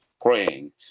praying